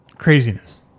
craziness